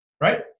right